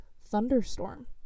thunderstorm